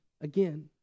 again